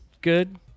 good